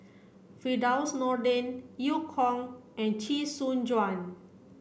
Firdaus Nordin Eu Kong and Chee Soon Juan